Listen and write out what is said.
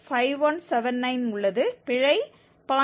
5179 உள்ளது பிழை 0